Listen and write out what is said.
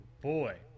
boy